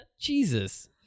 Jesus